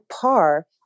par